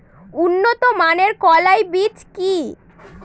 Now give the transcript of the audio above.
উন্নত মানের কলাই বীজ কি?